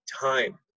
time